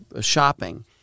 shopping